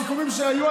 הסיכומים שהיו,